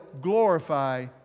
glorify